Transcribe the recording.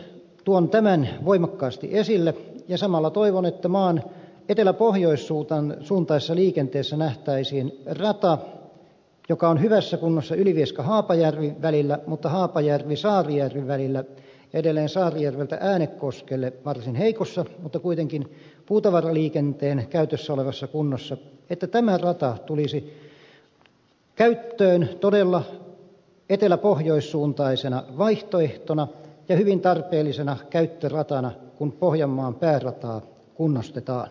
tuon tämän voimakkaasti esille ja samalla toivon että maan eteläpohjois suuntaisessa liikenteessä rata joka on hyvässä kunnossa ylivieskahaapajärvi välillä mutta haapajärvisaarijärvi välillä ja edelleen saarijärveltä äänekoskelle varsin heikossa mutta kuitenkin puutavaraliikenteen käytössä olevassa kunnossa tulisi käyttöön todella eteläpohjois suuntaisena vaihtoehtona ja hyvin tarpeellisena käyttöratana kun pohjanmaan päärataa kunnostetaan